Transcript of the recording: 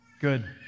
good